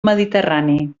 mediterrani